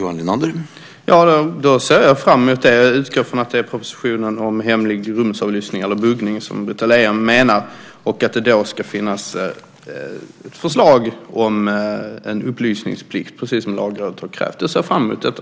Herr talman! Då ser jag fram emot det. Jag utgår från att det är propositionen om hemlig rumsavlyssning eller buggning som Britta Lejon menar och att det då ska finnas ett förslag om en upplysningsplikt, precis som Lagrådet har krävt. Jag ser fram emot detta.